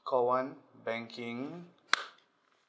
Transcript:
call one banking